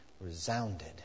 resounded